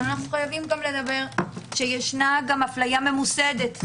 אבל ישנה גם הפליה ממוסדת.